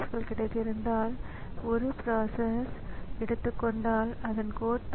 disk விஷயத்தில் இது ஒரு மிகப்பெரிய டேட்டா விசைப்பலகை விஷயத்தில் அது ஒரு பெரிய அளவு அல்ல